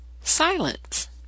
silence